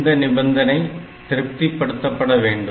இந்த நிபந்தனை திருப்திபடுத்தபட வேண்டும்